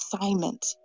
assignment